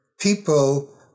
people